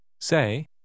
Say